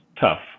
tough